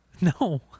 No